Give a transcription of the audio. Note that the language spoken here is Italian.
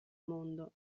mondo